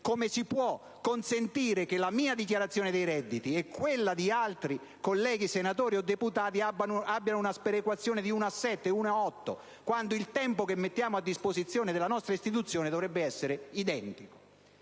non si può consentire che tra la mia dichiarazione dei redditi e quella di altri colleghi, senatori o deputati, vi sia un rapporto di uno a sette o di uno a otto, quando il tempo che mettiamo a disposizione della nostra istituzione dovrebbe essere identico.